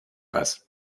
was